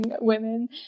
women